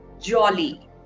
jolly